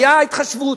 היתה התחשבות.